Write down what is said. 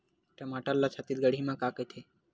टमाटर ला छत्तीसगढ़ी मा का कइथे?